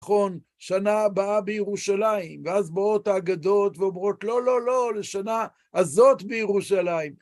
נכון, שנה הבאה בירושלים, ואז באות ההגדות ואומרות לא, לא, לא, לשנה הזאת בירושלים.